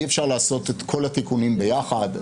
אי-אפשר לעשות את כל התיקונים ביחד,